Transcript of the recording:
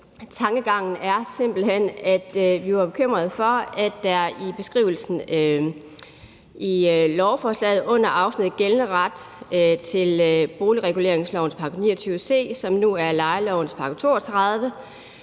Sagen er simpelt hen, at vi var bekymrede over, at man i lovforslaget under afsnittet »Gældende ret« om boligreguleringslovens § 29 c, som nu er lejelovens § 32,